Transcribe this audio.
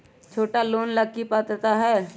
छोटा लोन ला की पात्रता है?